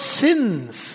sins